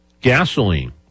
gasoline